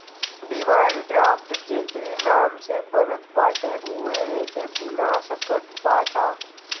demand draft जेकरी नाम से बनत बाटे उहे एके भुना सकत बाटअ